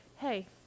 hey